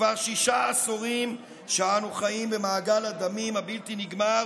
וכבר שישה עשורים אנו חיים במעגל הדמים הבלתי-נגמר